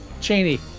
Cheney